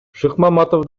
шыкмаматов